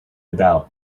about